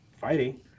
fighting